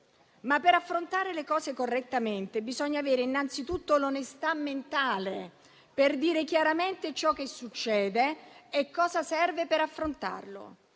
Per affrontare le cose correttamente bisogna avere innanzitutto l'onestà mentale per dire chiaramente ciò che succede e cosa serve per affrontarlo.